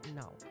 No